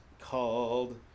called